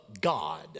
God